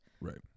Right